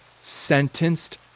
sentenced